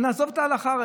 נעזוב את ההלכה,